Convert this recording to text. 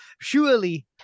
surely